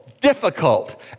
Difficult